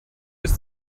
bis